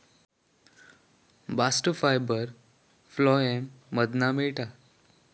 bast fibre phloem मधना मिळता